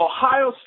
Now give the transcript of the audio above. Ohio